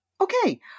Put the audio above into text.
Okay